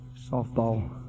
softball